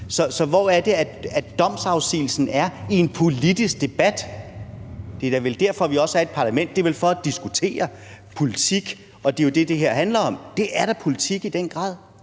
Så hvor er det, at domsafsigelsen er i en politisk debat? Det er da vel derfor, vi er i et parlament, det er vel for at diskutere politik, og det er jo det, det her handler om. Det er da i den grad